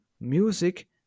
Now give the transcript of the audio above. music